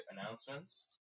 announcements